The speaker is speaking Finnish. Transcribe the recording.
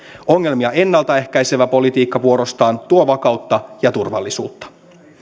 ongelmia ennalta ehkäisevä politiikka vuorostaan tuo vakautta ja turvallisuutta